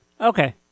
Okay